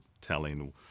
telling